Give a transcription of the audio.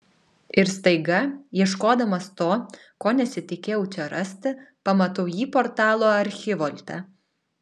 ir staiga ieškodamas to ko nesitikėjau čia rasti pamatau jį portalo archivolte